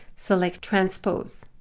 select transpose.